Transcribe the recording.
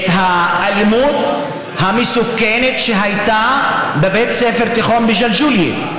על האלימות המסוכנת שהייתה בבית ספר תיכון בג'לג'וליה.